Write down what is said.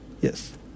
yes